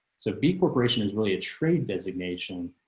so b corp is really a trade designation.